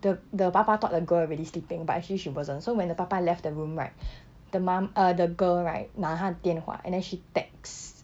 the the 爸爸 thought the girl already sleeping but actually she wasn't so when the 爸爸 left the room right the mom uh the girl right 拿她的电话 and then she text